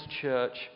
church